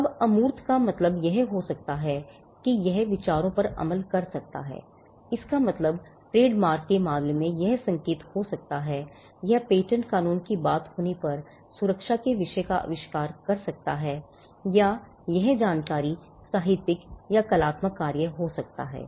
अबअमूर्त का मतलब यह हो सकता है कि यह विचारों पर अमल कर सकता है इसका मतलब ट्रेडमार्क के मामले में यह संकेत हो सकता है यह पेटेंट कानून की बात होने पर सुरक्षा के विषय का आविष्कार कर सकता है या यह जानकारी साहित्यिक या कलात्मक कार्य हो सकता है